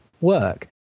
work